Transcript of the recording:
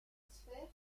sphère